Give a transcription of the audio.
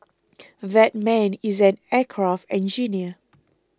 that man is an aircraft engineer